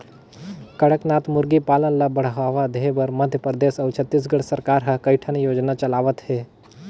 कड़कनाथ मुरगी पालन ल बढ़ावा देबर मध्य परदेस अउ छत्तीसगढ़ सरकार ह कइठन योजना चलावत हे